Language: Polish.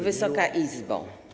Wysoka Izbo!